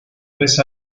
tres